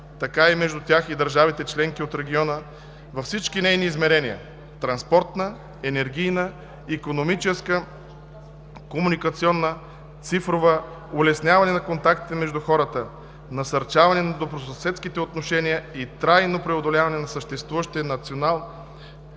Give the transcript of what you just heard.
така и между тях и държавите членки от региона във всичките нейни измерения - транспортна, енергийна, икономическа, комуникационна, цифрова, улесняване на контактите между хората; насърчаване на добросъседските отношения и трайно преодоляване на съществуващите